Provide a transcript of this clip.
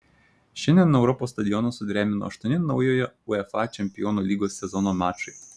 šiandien europos stadionus sudrebino aštuoni naujojo uefa čempionų lygos sezono mačai